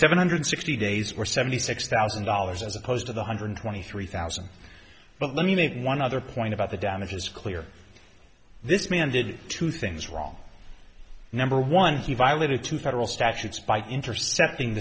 seven hundred sixty days were seventy six thousand dollars as opposed to the hundred twenty three thousand but let me make one other point about the damages clear this man did two things wrong number one he violated two federal statutes by intercepting